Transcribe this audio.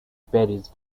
paris